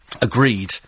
agreed